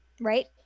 Right